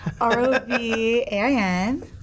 R-O-V-A-I-N